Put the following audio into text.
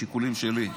בשיקולים שלי.